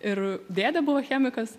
ir dėdė buvo chemikas